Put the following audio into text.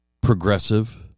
progressive